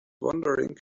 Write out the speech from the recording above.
wondering